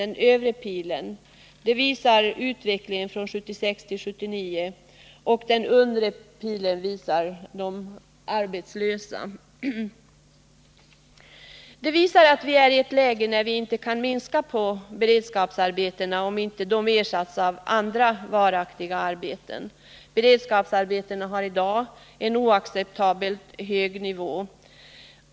Den övre pilen avser utvecklingen från 1976 till 1979 och den undre antalet arbetslösa. Läget är alltså sådant att vi inte kan minska antalet beredskapsarbeten så länge dessa inte kan ersättas av andra, varaktiga arbeten. Beredskapsarbetena ligger i dag på en oacceptabelt hög nivå.